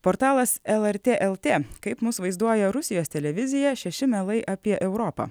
portalas lrt lt kaip mus vaizduoja rusijos televizija šeši melai apie europą